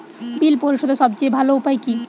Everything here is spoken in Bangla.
বিল পরিশোধের সবচেয়ে ভালো উপায় কী?